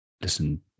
listen